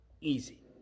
easy